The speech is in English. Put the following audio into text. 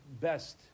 best